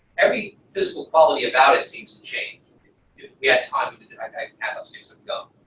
every physical quality about it seems to change. if we had time i'd i'd pass out sticks of gum,